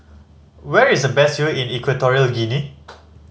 where is the best view in Equatorial Guinea